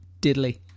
Diddly